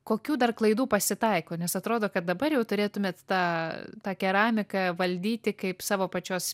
kokių dar klaidų pasitaiko nes atrodo kad dabar jau turėtumėt tą tą keramiką valdyti kaip savo pačios